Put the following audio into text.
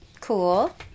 cool